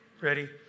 Ready